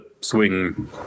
swing